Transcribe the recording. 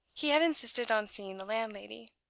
he had insisted on seeing the landlady.